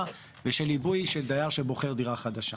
ושל עיבוי של דייר שבוחר דירה חדשה.